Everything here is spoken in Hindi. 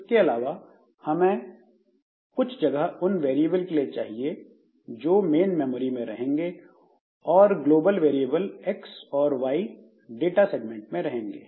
इसके अलावा हमें कुछ जगह उन वेरिएबल के लिए चाहिए जो मेन मेमोरी में रहेंगे और ग्लोबल वेरिएबल एक्स और वाई डाटा सेगमेंट में रहेंगे